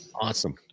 Awesome